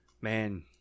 Man